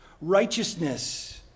Righteousness